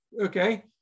Okay